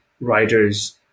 writer's